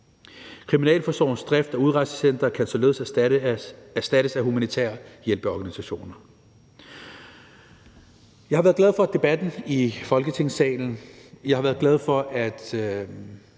Kriminalforsorgens drift af udrejsecentre kan således erstattes af humanitære hjælpeorganisationer. Jeg har været glad for debatten i Folketingssalen. Jeg har været glad for, at